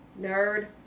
Nerd